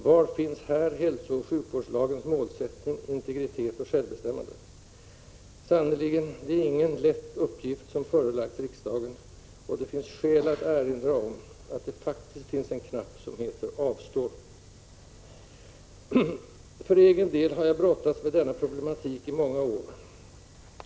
Var finns här hälsooch sjukvårdslagens målsättning: Integritet och självbestämmande? Sannerligen, det är ingen lätt uppgift som förelagts riksdagen, och det finns skäl att erinra om att det faktiskt finns en knapp som heter ”avstår”. För egen del har jag brottats med denna problematik i många år.